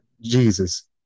Jesus